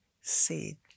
seed